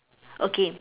okay